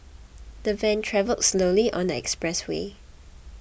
the van travelled slowly on the expressway